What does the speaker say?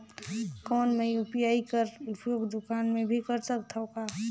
कौन मै यू.पी.आई कर उपयोग दुकान मे भी कर सकथव का?